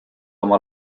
oma